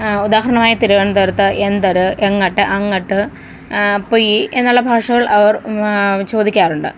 ഉദാഹരണമായി തിരുവനന്തപുരത്ത് എന്തര് എങ്ങട്ട് അങ്ങട്ട് അപ്പൊയീ എന്നുള്ള ഭാഷകള് അവര് ചോദിക്കാറുണ്ട്